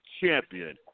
Champion